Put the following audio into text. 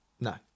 No